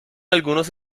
algunos